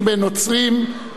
מוסלמים ויהודים,